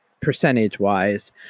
percentage-wise